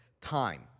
time